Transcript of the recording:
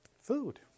food